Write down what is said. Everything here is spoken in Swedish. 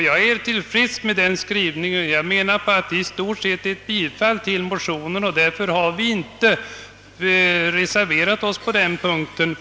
Jag är tillfreds med den skrivningen; jag menar att den i stort sett innebär ett bifall till motionen. Därför har vi i utskottet inte reserverat oss på den punkten.